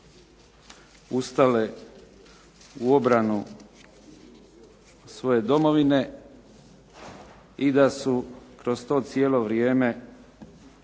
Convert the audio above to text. ustale u obranu svoje domovine i da su kroz to cijelo vrijeme ne